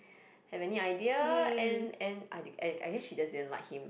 have any idea and and I guess I think she just didn't like him